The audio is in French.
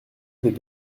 des